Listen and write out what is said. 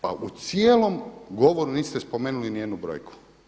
Pa u cijelom govoru niste spomenuli nijednu brojku.